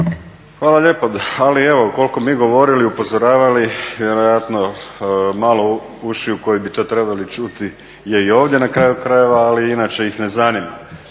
Hvala lijepo. Ali evo koliko mi govorili, upozoravali, vjerojatno malo ušiju koje bi to trebali čuti je i ovdje na kraju krajeva, ali inače ih ne zanima.